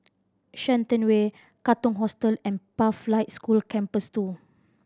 Shenton Way Katong Hostel and Pathlight School Campus Two